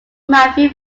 matthew